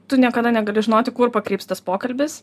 tu niekada negali žinoti kur pakryps tas pokalbis